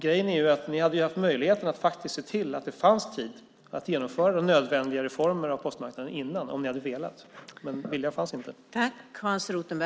Grejen är att ni hade haft möjligheten att se till att det fanns tid att genomföra de nödvändiga reformerna av postmarknaden tidigare om ni hade velat. Men viljan fanns inte.